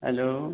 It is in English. hello